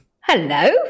Hello